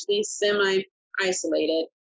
semi-isolated